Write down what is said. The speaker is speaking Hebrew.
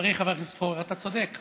חברי חבר הכנסת פורר, אתה צודק.